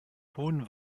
hohen